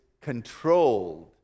controlled